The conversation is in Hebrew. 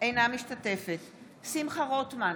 אינה משתתפת בהצבעה שמחה רוטמן,